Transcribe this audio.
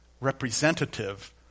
representative